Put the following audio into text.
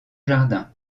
jardin